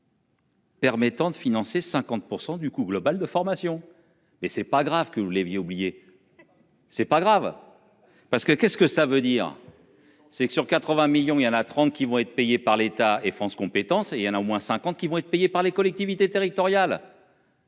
Permettant de financer 50% du coût global de formation mais c'est pas grave que l'évier oublié. C'est pas grave. Parce que qu'est-ce que ça veut dire. C'est que sur 80 millions, il y en a 30 qui vont être payés par l'État et France compétences et il y en a au moins 50 qui vont être payés par les collectivités territoriales.--